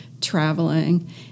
traveling